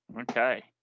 okay